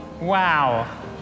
wow